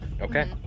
Okay